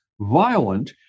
violent